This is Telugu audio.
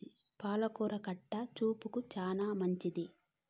పాల కూర కంటి చూపుకు చానా మంచిది